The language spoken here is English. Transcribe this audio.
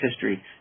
history